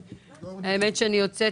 האמת שאני יוצאת